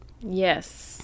Yes